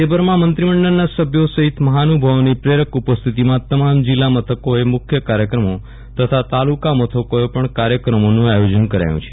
રાજયભરમાં મંત્રીમંડળના સભ્યો સહિત મહાનુભાવોની પ્રેરક ઉપસ્થિતિમાં તમામ જિલ્લા મથકોએ મુખ્ય કાર્યક્રમો તથા તાલુકા મથકોએ પણ કાર્યક્રમોનું આયોજન કરાયું છે